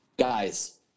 Guys